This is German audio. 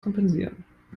kompensieren